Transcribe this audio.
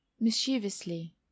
mischievously